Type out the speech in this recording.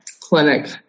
clinic